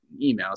emails